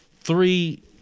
Three